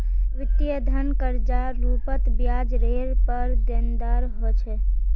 वित्तीय धन कर्जार रूपत ब्याजरेर पर देनदार ह छे